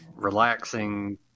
relaxing